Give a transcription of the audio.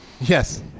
Yes